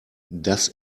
das